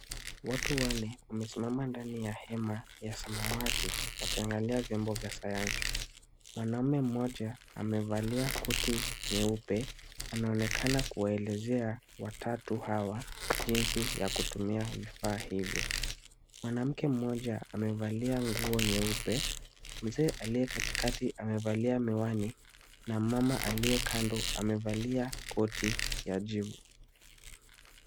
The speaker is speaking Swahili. Watu wanne wamesimama ndani ya hema ya samawati wakiangalia vyombo vya samawati. Mwanaume moja amevalia koti nyeupe anaonekana kuwaelezea watatu hawa jinsi ya kutumia vifaa hivyo. Mwanamke mmoja amevalia mvua nyeupe mzee aliye katikati amevalia miwani na mama aliye kando amevalia koti ya juu.